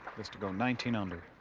this to go nineteen under.